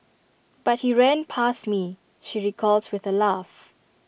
but he ran past me she recalls with A laugh